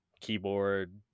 keyboard